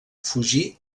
fugir